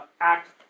act